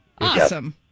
Awesome